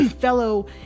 fellow